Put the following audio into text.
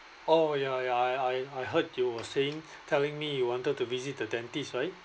oh ya ya I I I heard you were saying telling me you wanted to visit the dentist right